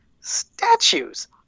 statues